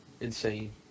insane